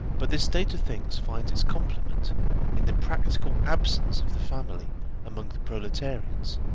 but this state of things finds its complement in the practical absence of the family among the proletarians,